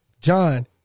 John